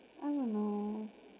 I don't know